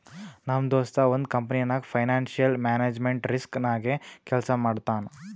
ನಮ್ ದೋಸ್ತ ಒಂದ್ ಕಂಪನಿನಾಗ್ ಫೈನಾನ್ಸಿಯಲ್ ಮ್ಯಾನೇಜ್ಮೆಂಟ್ ರಿಸ್ಕ್ ನಾಗೆ ಕೆಲ್ಸಾ ಮಾಡ್ತಾನ್